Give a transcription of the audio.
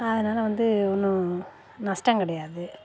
அதனால் வந்து ஒன்றும் நஷ்டம் கிடையாது